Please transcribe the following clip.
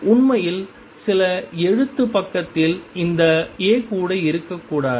உண்மையில் சில எழுத்து பக்கத்தில் இந்த A கூட இருக்கக்கூடாது